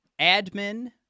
admin